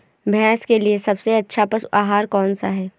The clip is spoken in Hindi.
भैंस के लिए सबसे अच्छा पशु आहार कौन सा है?